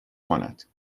کند